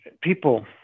people